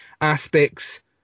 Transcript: aspects